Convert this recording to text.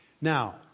Now